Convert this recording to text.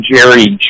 Jerry